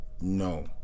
No